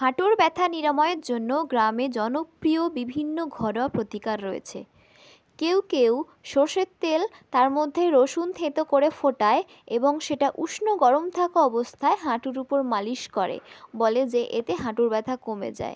হাঁটুর ব্যথা নিরাময়ের জন্য গ্রামে জনপ্রিয় বিভিন্ন ঘরোয়া প্রতিকার রয়েছে কেউ কেউ সরষের তেল তার মধ্যে রসুন থেঁতো করে ফোটায় এবং সেটা উষ্ণ গরম থাকা অবস্থায় হাঁটুর উপর মালিশ করে বলে যে এতে হাঁটুর ব্যথা কমে যায়